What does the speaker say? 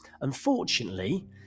unfortunately